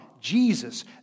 Jesus